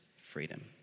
freedom